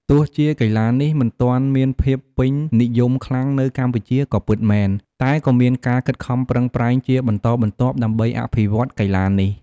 ទោះជាកីទ្បានេះមិនទាន់មានភាពពេញនិយមខ្លាំងនៅកម្ពុជាក៏ពិតមែន តែក៏មានការខិតខំប្រឹងប្រែងជាបន្តបន្ទាប់ ដើម្បីអភិវឌ្ឍកីឡានេះ។